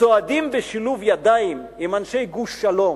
צועדים בשילוב ידיים עם אנשי "גוש שלום"